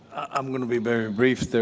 i'm going to be very brief.